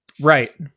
right